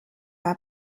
war